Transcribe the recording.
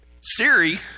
Siri